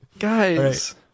Guys